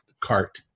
cart